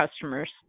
customers